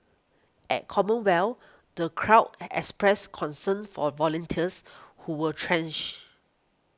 at Commonwealth the crowd expressed concern for volunteers who were drenched